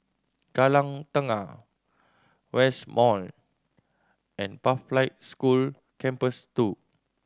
Kallang Tengah West Mall and Pathlight School Campus Two